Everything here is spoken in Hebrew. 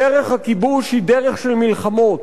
דרך הכיבוש היא דרך של מלחמות,